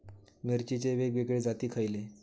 मिरचीचे वेगवेगळे जाती खयले?